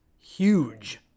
huge